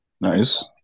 Nice